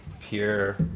pure